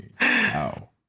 wow